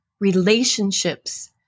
relationships